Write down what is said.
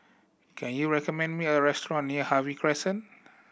can you recommend me a restaurant near Harvey Crescent